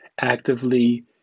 actively